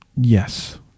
Yes